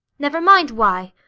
never mind why.